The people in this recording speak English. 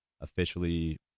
officially